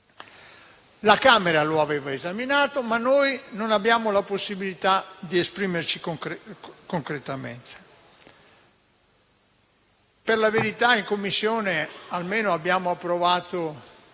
La Camera lo aveva esaminato, ma noi non abbiamo la possibilità di esprimerci concretamente. Per la verità, in Commissione abbiamo almeno approvato